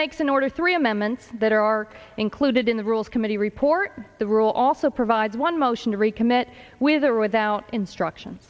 makes an order three amendments that are included in the rules committee report the rule also provides one motion to recommit with or without instruction